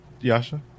Yasha